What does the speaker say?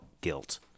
guilt